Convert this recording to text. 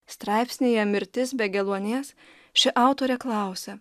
straipsnyje mirtis be geluonies ši autorė klausia